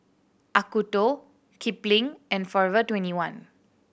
Acuto Kipling and Forever Twenty one